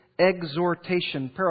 Exhortation